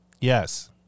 Yes